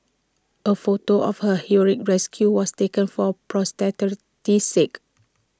A photo of her heroic rescue was taken for posterity's sake